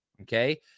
okay